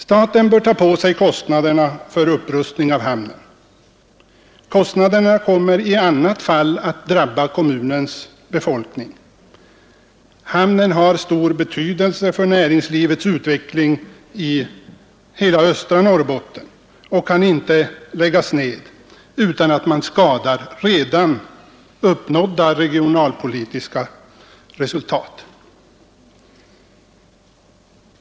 Staten bör ta på sig kostnaderna för upprustning av hamnen. Kostnaderna kommer i annat fall att drabba kommunens befolkning. Hamnen har stor betydelse för näringslivets utveckling i hela östra Norrbotten och kan inte läggas ned utan att man skadar redan uppnådda positiva regionalpolitiska resultat.